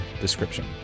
description